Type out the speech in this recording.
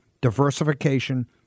Diversification